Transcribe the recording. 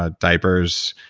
ah diapers,